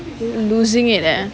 losing it eh